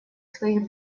своих